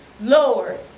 Lord